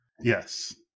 Yes